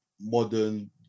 modern